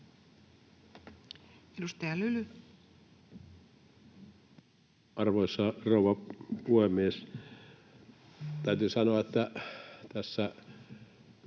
Edustaja Lyly. Arvoisa rouva puhemies! Täytyy sanoa, että kun